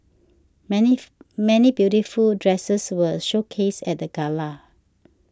many many beautiful dresses were showcased at the gala